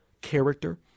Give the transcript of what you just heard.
character